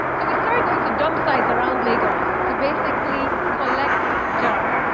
so we started going to dump sites around lagos to basically collect jars.